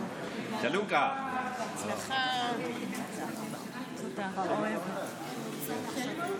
אנחנו נעבור לסעיף הבא על סדר-היום,